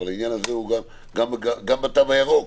גם בתו הירוק,